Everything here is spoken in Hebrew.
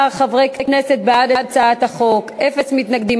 13 חברי כנסת בעד הצעת החוק, אין מתנגדים.